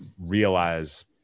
realize